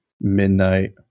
midnight